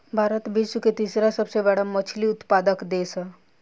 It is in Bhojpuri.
भारत विश्व के तीसरा सबसे बड़ मछली उत्पादक देश ह